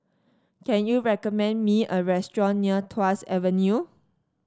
can you recommend me a restaurant near Tuas Avenue